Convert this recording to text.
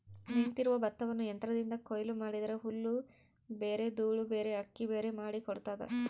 ನಿಂತಿರುವ ಭತ್ತವನ್ನು ಯಂತ್ರದಿಂದ ಕೊಯ್ಲು ಮಾಡಿದರೆ ಹುಲ್ಲುಬೇರೆ ದೂಳುಬೇರೆ ಅಕ್ಕಿಬೇರೆ ಮಾಡಿ ಕೊಡ್ತದ